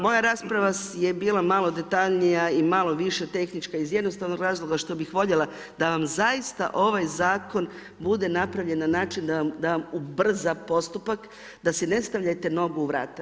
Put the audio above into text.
Moja rasprava je bila malo detaljnija i malo više tehnička iz jednostavnog razloga, što bi voljela, da vam zaista ovaj zakon, bude napravljen na način da vam ubrza postupak da si ne stavljajte nogu u vrat.